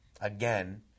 again